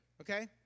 Okay